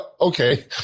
okay